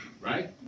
Right